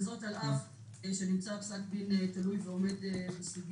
וזאת על אף שנמצא פסק דין תלוי ועומד בסוגיה.